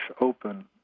open